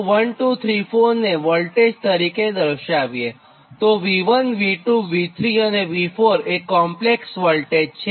અહીં 1234 ને વોલ્ટેજ તરીકે દર્શાવીએતો V1V2V3V4 એ કોમ્પલેક્ષ વોલ્ટેજ છે